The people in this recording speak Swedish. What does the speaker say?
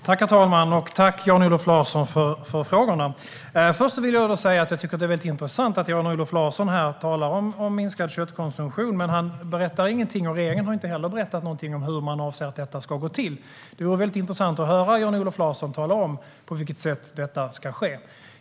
Herr talman! Jag tackar Jan-Olof Larsson för frågorna. Först vill jag säga att jag tycker att det är väldigt intressant att Jan-Olof Larsson talar om minskad köttkonsumtion men inte berättar någonting om hur man avser att detta ska gå till. Inte heller regeringen har berättat någonting om detta. Det vore väldigt intressant att höra Jan-Olof Larsson tala om på vilket sätt detta ska ske.